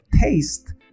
taste